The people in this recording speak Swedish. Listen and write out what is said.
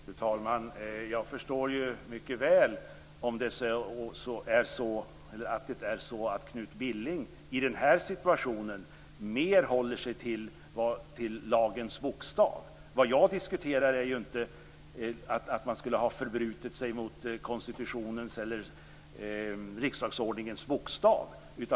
Fru talman! Jag förstår mycket väl att Knut Billing i den här situationen mer håller sig till lagens bokstav. Vad jag diskuterar är ju inte att man skulle ha förbrutit sig mot konstitutionens eller riksdagsordningens bokstav.